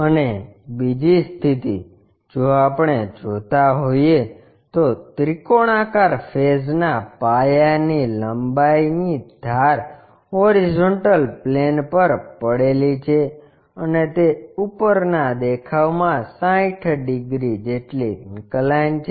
અને બીજી સ્થિતિ જો આપણે જોતા હોઈએ તો ત્રિકોણાકાર ફેસ ના પાયાની લાંબી ધાર હોરીઝોન્ટલ પ્લેન પર પડેલી છે અને તે ઉપરનાં દેખાવમાં 60 ડિગ્રી જેટલી ઇન્કલાઇન્ડ છે